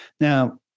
Now